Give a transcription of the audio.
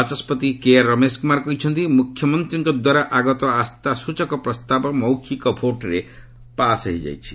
ବାଚସ୍କତି କେଆର୍ ରମେଶ କୃମାର କହିଛନ୍ତି ମୁଖ୍ୟମନ୍ତ୍ରୀଙ୍କ ଦ୍ୱାରା ଆଗତ ଆସ୍ଥା ସ୍ବଚକ ପ୍ରସ୍ତାବ ମୌଖିକ ଭୋଟ୍ରେ ପାସ୍ ହୋଇଯାଇଛି